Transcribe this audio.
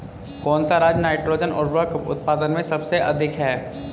कौन सा राज नाइट्रोजन उर्वरक उत्पादन में सबसे अधिक है?